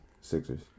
Sixers